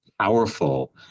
powerful